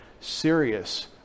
serious